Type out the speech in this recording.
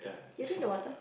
do you drink the water